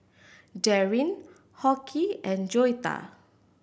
Daryn Hoke and Joetta